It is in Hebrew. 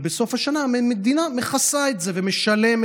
ובסוף השנה המדינה מכסה את זה ומשלמת